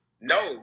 No